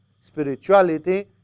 Spirituality